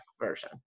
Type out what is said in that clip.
version